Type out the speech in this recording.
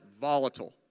Volatile